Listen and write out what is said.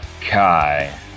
Kai